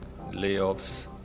layoffs